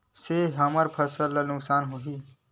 से हमर फसल ला नुकसान होही?